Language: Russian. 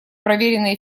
проверенные